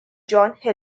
john